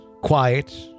quiet